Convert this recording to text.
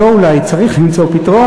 ואולי צריך למצוא, לא אולי, צריך למצוא פתרון.